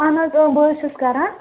اہن حظ اۭں بہٕ حظ چھَس کَران